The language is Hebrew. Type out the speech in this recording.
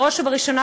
בראש ובראשונה,